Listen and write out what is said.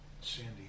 Sandy